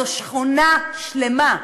זו שכונה שלמה.